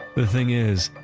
the thing is,